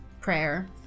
prayer